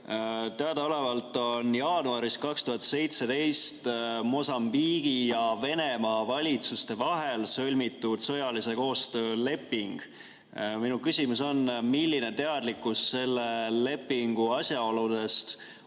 Teadaolevalt on jaanuaris 2017 Mosambiigi ja Venemaa valitsuse vahel sõlmitud sõjalise koostöö leping. Minu küsimus on, milline teadlikkus selle lepingu asjaoludest